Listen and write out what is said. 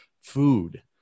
food